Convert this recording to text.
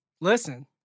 Listen